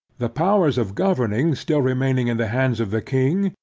the powers of governing still remaining in the hands of the king,